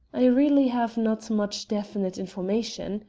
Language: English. i really have not much definite information,